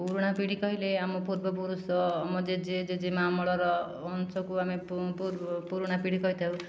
ପୁରୁଣା ପିଢ଼ି କହିଲେ ଆମ ପୂର୍ବପୁରୁଷ ଆମ ଜେଜେ ଜେଜେମା ଅମଳର ଅଂଶକୁ ଆମେ ପୁରୁଣା ପିଢ଼ି କହିଥାଉ